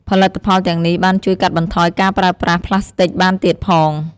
ផលិតផលទាំងនេះបានជួយកាត់បន្ថយការប្រើប្រាស់ប្លាស្ទិកបានទៀតផង។